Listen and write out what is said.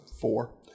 four